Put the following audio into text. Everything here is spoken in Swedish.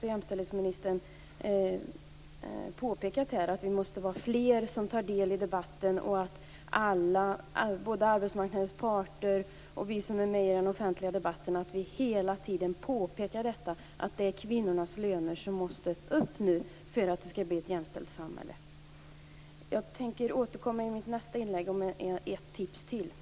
Jämställdhetsministern har också påpekat här att vi måste bli fler som deltar i debatten. Både arbetsmarknadens parter och vi som är med i den offentliga debatten måste hela tiden påpeka att kvinnornas löner nu måste upp för att det skall bli ett jämställd samhälle. Jag tänker återkomma i mitt nästa inlägg med ett tips till.